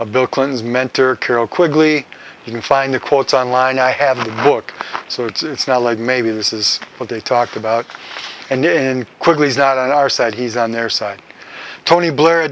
of bill clinton's mentor carroll quigley you can find the quotes online i have a book so it's not like maybe this is what they talked about and then quickly is not on our side he's on their side tony blair